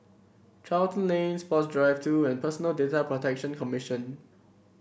Charlton Lane Sports Drive Two and Personal Data Protection Commission